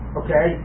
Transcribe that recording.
okay